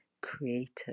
creative